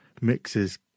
mixes